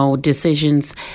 decisions